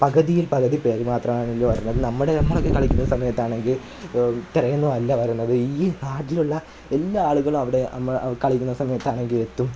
പകുതിയിൽ പകുതി പേർ മാത്രമല്ലേ വരണത് കളി നമ്മുടെ നമ്മളൊക്കെ കളിക്കുന്ന സമയത്താണെങ്കിൽ ഇത്രയൊന്നും അല്ല വരണത് ഈ നാടിലുള്ള എല്ലാ ആളുകളും അവിടെ കളിക്കുന്ന സമയത്താണെങ്കിൽ എത്തും